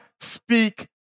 speak